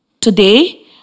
Today